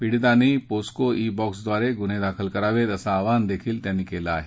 पीडीतांनी POCSO e बॉक्सद्वारे गुन्हे दाखल करावेत असं आवाहनही त्यांनी केलं आहे